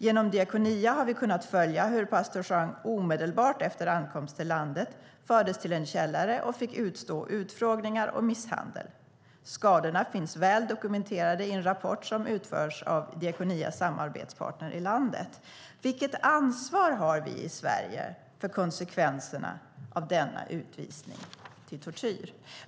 Genom Diakonia har vi kunnat följa hur pastor Jean omedelbart efter ankomst till landet fördes till en källare och fick utstå utfrågningar och misshandel. Skadorna finns väl dokumenterade i en rapport som utförts av Diakonias samarbetspartner i landet. Vilket ansvar har vi i Sverige för konsekvenserna av denna utvisning till tortyr?